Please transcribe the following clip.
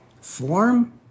form